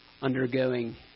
undergoing